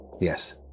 Yes